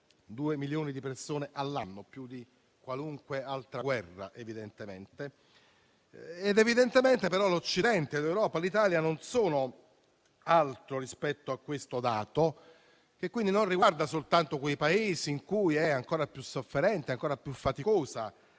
due milioni di morti all'anno, più di qualunque altra guerra. Evidentemente l'Occidente, l'Europa e l'Italia non sono altro rispetto a questo dato, che quindi non riguarda soltanto quei Paesi in cui è ancora più sofferente e faticosa